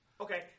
Okay